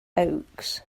oaks